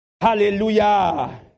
Hallelujah